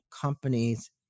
companies